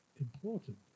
important